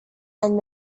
and